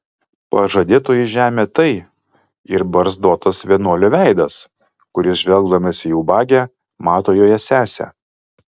pažadėtoji žemė tai ir barzdotas vienuolio veidas kuris žvelgdamas į ubagę mato joje sesę